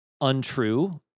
untrue